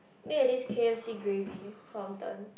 look at this K_F_C gravy fountain